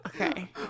okay